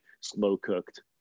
slow-cooked